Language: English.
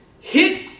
hit